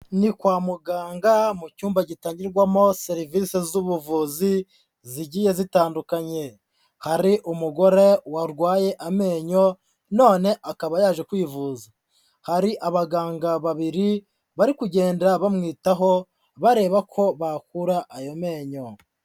Ni kwa muganga mu cyumba gitangirwamo serivisi z'ubuvuzi zigiye zitandukanye, hari umugore warwaye amenyo none akaba yaje kwivuza, hari abaganga babiri bari kugenda bamwitaho bareba ko bakura ayo menyo.